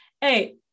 Hey